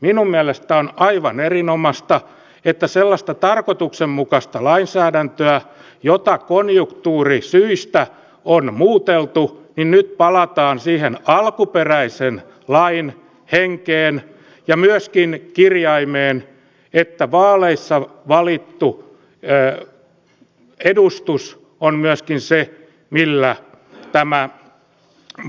minun mielestäni tämä on aivan erinomaista että kun sellaista tarkoituksenmukaista lainsäädäntöä konjunktuurisyistä on muuteltu niin nyt palataan siihen alkuperäisen lain henkeen ja myöskin kirjaimeen että vaaleissa valittu edustus on myöskin se peruste millä tämä puoluetuki määräytyy